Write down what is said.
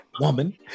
woman